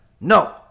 no